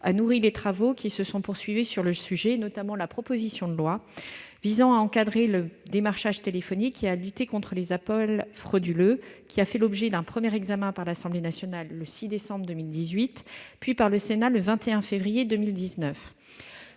a nourri les travaux sur ce sujet, en particulier la proposition de loi visant à encadrer le démarchage téléphonique et à lutter contre les appels frauduleux. Ce texte a fait l'objet d'un premier examen par l'Assemblée nationale le 6 décembre 2018, puis par le Sénat le 21 février 2019.